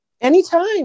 Anytime